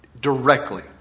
directly